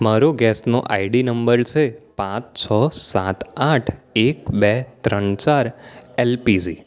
મારો ગેસનો ID number છે પાંચ છ સાત આઠ એક બે ત્રણ ચાર એલ પી જી